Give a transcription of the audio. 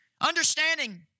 Understanding